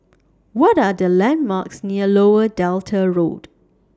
What Are The landmarks near Lower Delta Road